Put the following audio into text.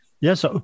Yes